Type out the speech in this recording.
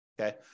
okay